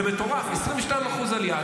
זה מטורף, 22% עלייה.